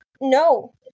no